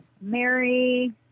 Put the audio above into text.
Mary